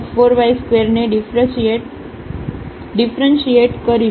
ને ડીફરસીએટ કરીશું